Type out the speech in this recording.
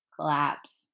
collapse